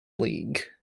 league